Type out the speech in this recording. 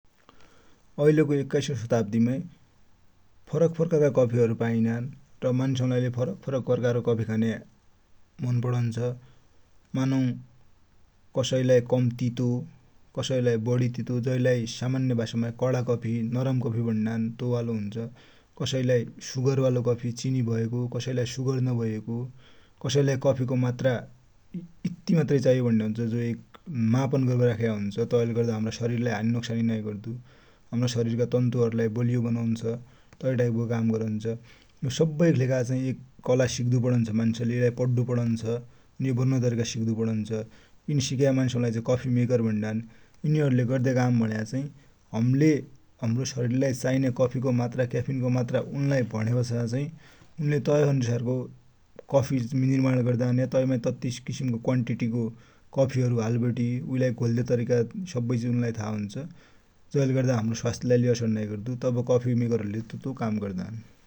ऐल को एक्काइसौ सतब्दि माइ फरकफरक किसिमका कफिहरु पाइनन र मान्छे हरु लाइ ले फरकफरक कफि खानु मन परन्छ। मानौ कसैलाइ कम तितो कसै लाइ बडी तितो जैलाइ सामान्य भासा माइ कडा कफि नरम कफि भन्डान तो वालो हुन्छ। कसै लाइ सुगर वालो भ​एको कसै लाइ सुगर नभ​एको कसै लाइ कफि को मात्रा यति मात्रै चाइयो भन्दे हुन्छ जो एक मापन गर्बटी राख्या हुन्छ तै ले गर्दा हमरा सरिर लाइ हानि नोक्सानि नाइ हुन, हमरा सरिर का तन्तु हरु लाइ बलियो बनौन्छ तै टाइप को काम गरन्छ। सबै कि लेखा एक कला सिक्दु परन्छ, पडू परन्छ, यै बनौने तरिका सिक्दु परन्छ। यिनि सिक्या मान्छे लाइ सफि मेकर भन्डान। यिनि हरु ले गर्द्या काम भनेको चाइ हमिले हमरो सरिर लाइ चाइने कफि को मत्रा क्याफिन को मात्रा उनलाइ भनेपछा उन्ले तोइ अनुसार को कफि निर्माण गर्दान, तै माइ तति किसिम को कफिहरु को क्ववान्टिटि हाल्बटी उइलाइ घोल्दया तरिका सबै उन्लाइ थाह हुन्छ जै ले गर्दा हम्रो सरिर लाइ ले असर नाइ गर्दु तब कफि मेकर हरु ले तोतो काम गर्दान ।